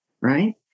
right